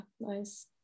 nice